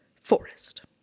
forest